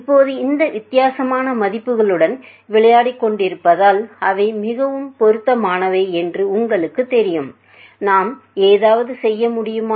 இப்போது இந்த வித்தியாசமான மதிப்புகளுடன் விளையாடிக்கொண்டிருப்பதால் அவை மிகவும் பொருத்தமானவை என்று உங்களுக்குத் தெரியும்நாம் ஏதாவது செய்ய முடியுமா